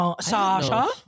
sasha